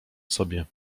sobie